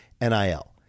NIL